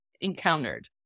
encountered